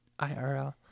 IRL